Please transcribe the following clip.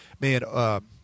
man